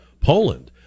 Poland